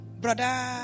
brother